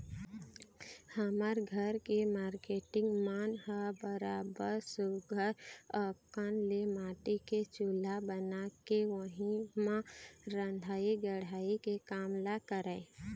हमर घर के मारकेटिंग मन ह बरोबर सुग्घर अंकन ले माटी के चूल्हा बना के उही म रंधई गड़हई के काम ल करय